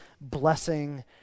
blessing